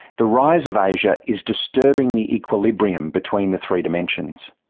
the rise of asia is disturbing the equilibrium between the three dimensions.